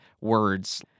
words